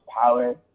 power